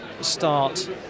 start